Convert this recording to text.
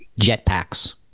Jetpacks